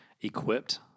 equipped